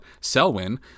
Selwyn